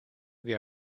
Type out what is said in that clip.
wir